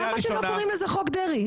למה אתם לא קוראים לזה חוק דרעי?